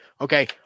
Okay